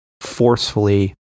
forcefully